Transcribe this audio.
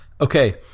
Okay